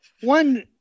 One